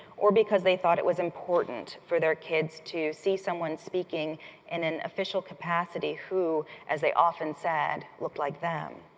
or because they thought it was important for their kids to see someone speaking in an official capacity who, as they often said, looked like them.